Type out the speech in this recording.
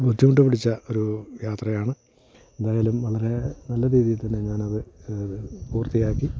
ബുദ്ധിമുട്ട് പിടിച്ച ഒരു യാത്രയാണ് എന്തായാലും വളരെ നല്ല രീതിയിൽ തന്നെ ഞാനത് അത് പൂർത്തിയാക്കി